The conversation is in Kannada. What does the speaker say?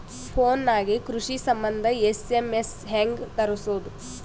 ಫೊನ್ ನಾಗೆ ಕೃಷಿ ಸಂಬಂಧ ಎಸ್.ಎಮ್.ಎಸ್ ಹೆಂಗ ತರಸೊದ?